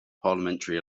parliamentary